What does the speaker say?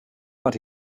but